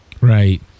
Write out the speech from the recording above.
Right